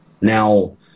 Now